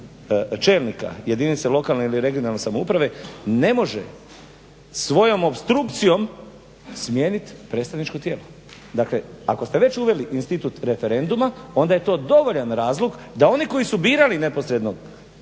čelnika jedinica lokalne ili regionalne samouprave ne može svojom opstrukcijom smijenit predstavničko tijelo. Dakle ako ste već uveli institut referenduma onda je to dovoljan razlog da oni koji su birali neposredno